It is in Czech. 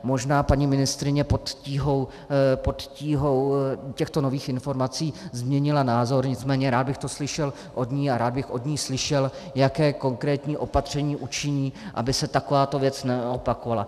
Možná paní ministryně pod tíhou těchto nových informací změnila názor, nicméně rád bych to slyšel od ní a rád bych od ní slyšel, jaké konkrétní opatření učiní, aby se takováto věc neopakovala.